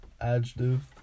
Adjective